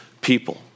people